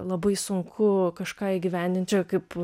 labai sunku kažką įgyvendint čia kaip